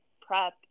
prep